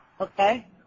Okay